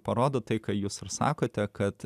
parodo tai ką jūs sakote kad